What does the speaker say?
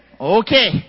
Okay